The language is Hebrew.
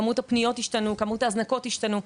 כמות הפניות השתנתה, כמות ההזנקות השתנתה.